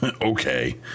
Okay